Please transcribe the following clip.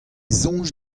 soñj